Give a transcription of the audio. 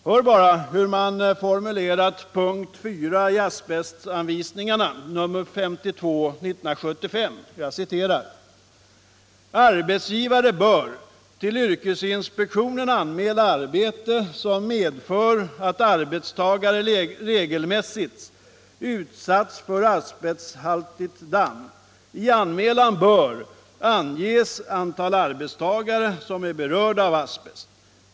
Hör bara hur man har formulerat punkt 4 i asbestanvisningen : ”Arbetsgivare bör till yrkesinspektionen anmäla arbete, som medför att arbetstagare regelmässigt utsätts för asbesthaltigt damm. I anmälan bör anges antal arbetstagare, som är berörda av asbest.